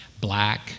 Black